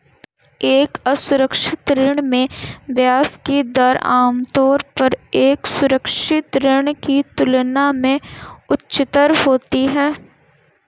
एक असुरक्षित ऋण में ब्याज की दर आमतौर पर एक सुरक्षित ऋण की तुलना में उच्चतर होती है?